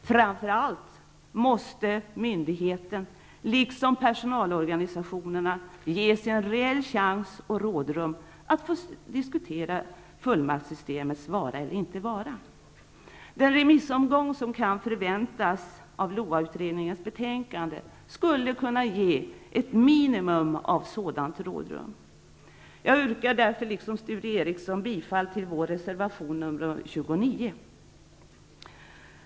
Framför allt måste myndigheten liksom personalorganisationerna ges en reell chans och rådrum att få diskutera fullmaktssystemets vara eller inte vara. Den remissomgång som kan förväntas av LOA-utredningens betänkande skulle kunna ge åtminstone ett minimum av sådant rådrum. Jag yrkar därför liksom Sture Ericsson bifall till vår reservation nr 29.